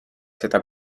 seda